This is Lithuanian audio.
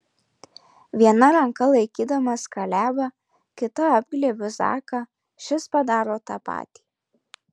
viena ranka laikydamas kalebą kita apglėbiu zaką šis padaro tą patį